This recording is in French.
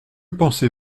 pensez